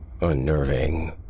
Unnerving